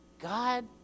God